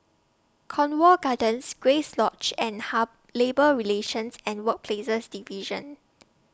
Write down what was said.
Cornwall Gardens Grace Lodge and Labour Relations and Workplaces Division